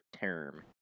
term